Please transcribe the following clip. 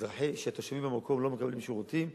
כשהתושבים במקום לא מקבלים שירותים,